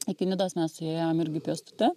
iki nidos mes su ja ėjom irgi pėstute